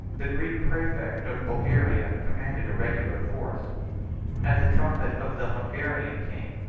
the greek praefect of bulgaria commanded a regular force at the trumpet of the hungarian king,